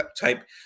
type